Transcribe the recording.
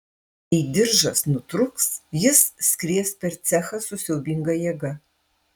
jei diržas nutrūks jis skries per cechą su siaubinga jėga